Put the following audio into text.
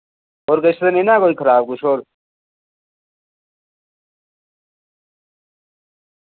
और किश ते नि ना कोई खराब कुछ और